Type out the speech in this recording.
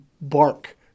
bark